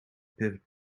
pivot